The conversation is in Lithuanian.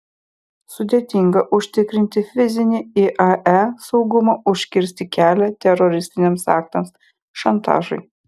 sudėtinga užtikrinti fizinį iae saugumą užkirsti kelią teroristiniams aktams šantažui